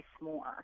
more